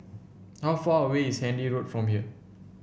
how far away is Handy Road from here